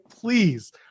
please